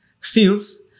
feels